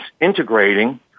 integrating